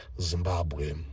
Zimbabwe